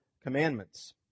commandments